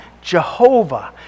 Jehovah